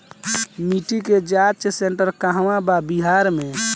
मिटी के जाच सेन्टर कहवा बा बिहार में?